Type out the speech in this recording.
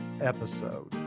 episode